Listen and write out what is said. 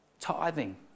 tithing